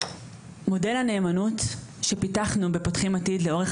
מודל הנאמנות שפיתחנו בתוכנית "פותחים עתיד" לאורך